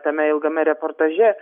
tame ilgame reportaže